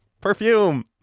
perfume